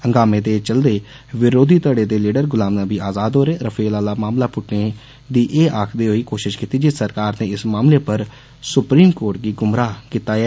हंगामे दे चलदे बरोधी धड़े दे लीडर गुलाम नबी आजाद होरें रफाल आह्ला मामला पुट्टने दी एह आखदे होई कोषष कीती जे सरकार नै इस मामले पर सुप्रीम कोर्ट गी गुमराह कीता ऐ